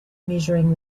measuring